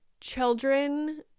children